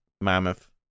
mammoth